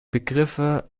begriffe